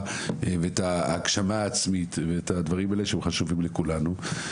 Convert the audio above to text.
ואת ההגשמה העצמית ואת הדברים האלה שהם חשובים לכולנו.